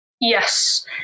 Yes